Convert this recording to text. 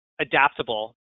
adaptable